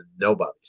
nobody's